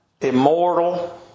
immortal